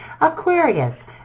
Aquarius